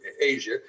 Asia